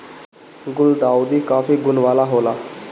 गुलदाउदी काफी गुण वाला होला